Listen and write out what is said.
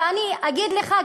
ואני אגיד לך,